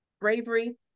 bravery